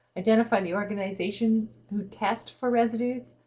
identify the organizations who tests for residues,